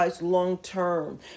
long-term